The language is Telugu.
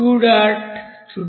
చుట్టుపక్కల సున్నా